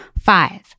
Five